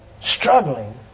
struggling